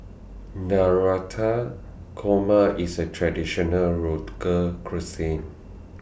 Navratan Korma IS A Traditional Road call Cuisine